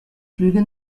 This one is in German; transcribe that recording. flüge